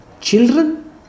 children